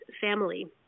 family